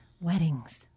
weddings